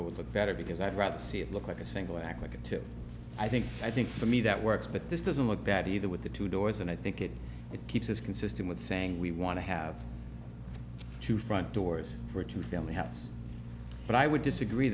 would look better because i'd rather see it look like a single act like a two i think i think for me that works but this doesn't look bad either with the two doors and i think it it keeps is consistent with saying we want to have two front doors for two family house but i would disagree